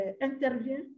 intervient